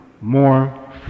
more